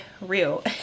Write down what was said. real